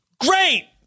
great